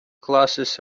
classes